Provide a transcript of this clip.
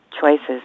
choices